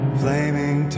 flaming